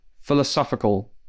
philosophical